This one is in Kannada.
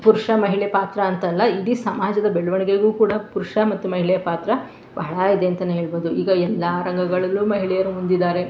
ಪುರುಷ ಮಹಿಳೆ ಪಾತ್ರ ಅಂತಲ್ಲ ಇಡೀ ಸಮಾಜದ ಬೆಳವಣ್ಗೆಗೂ ಕೂಡ ಪುರುಷ ಮತ್ತು ಮಹಿಳೆಯ ಪಾತ್ರ ಬಹಳ ಇದೆ ಅಂತಲೇ ಹೇಳ್ಬೋದು ಈಗ ಎಲ್ಲ ರಂಗಗಳಲ್ಲೂ ಮಹಿಳೆಯರು ಮುಂದಿದ್ದಾರೆ